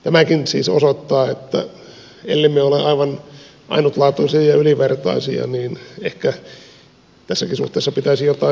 tämäkin siis osoittaa että ellemme ole aivan ainutlaatuisia ja ylivertaisia niin ehkä tässäkin suhteessa pitäisi jotain tehdä